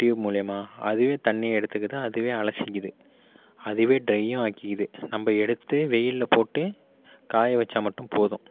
tube மூலிமா அதுவே தண்ணி எடுத்துக்குது அதுவே அலசிக்குது அதுவே ட்ரையும் ஆக்கிக்குது நம்ப எடுத்து வெயிலில் போட்டு காய வெச்சால் மட்டும் போதும்